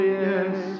yes